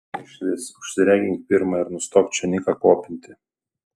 ir išvis užsiregink pirma ir nustok čia niką kopinti